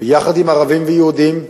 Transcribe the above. יחד עם ערבים ויהודים,